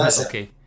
Okay